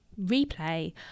replay